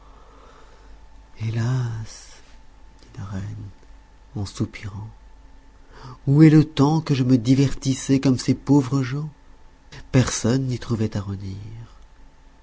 hélas dit la reine en soupirant où est le temps que je me divertissais comme ces pauvres gens personne n'y trouvait à redire